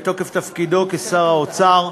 בתוקף תפקידו כשר האוצר,